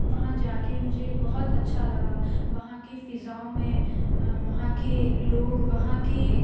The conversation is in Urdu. وہاں جا کے مجھے بہت اچھا لگا وہاں کی فضاؤں میں وہاں کے لوگ وہاں کی